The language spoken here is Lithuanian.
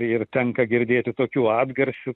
ir tenka girdėti tokių atgarsių